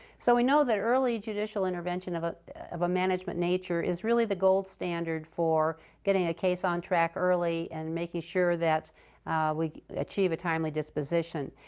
so we know that early judicial intervention intervention ah of a management nature is really the gold standard for getting a case on track early and making sure that we achieve a timely disposition.